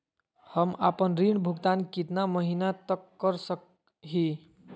हम आपन ऋण भुगतान कितना महीना तक कर सक ही?